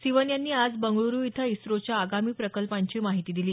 सिवन यांनी आज बंगळ्रु इथं इस्रोच्या आगामी प्रकल्पांची माहिती दिली